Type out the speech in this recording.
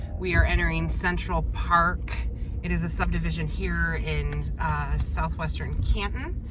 we are entering central park it is a subdivision here in southwestern canton.